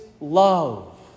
love